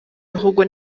ahubwo